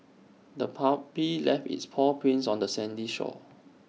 the puppy left its paw prints on the sandy shore